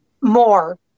more